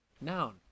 Noun